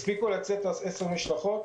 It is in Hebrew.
הספיקו לצאת 10 משלחות.